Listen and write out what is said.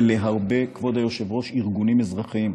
להרבה ארגונים אזרחיים,